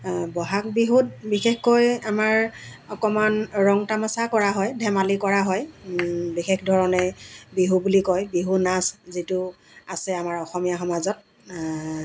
বহাগ বিহুত বিশেষকৈ আমাৰ অকণমান ৰং তামাচা কৰা হয় ধেমালি কৰা হয় বিশেষ ধৰণে বিহু বুলি কয় বিহু নাচ যিটো আছে আমাৰ অসমীয়া সমাজত